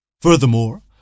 Furthermore